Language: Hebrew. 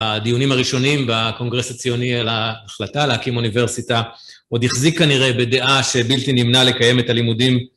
הדיונים הראשונים והקונגרס הציוני על ההחלטה להקים אוניברסיטה, עוד החזיק כנראה בדעה שבלתי נמנע לקיים את הלימודים.